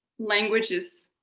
language is